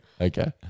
Okay